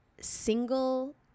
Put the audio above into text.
single